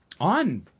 on